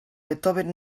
beethoven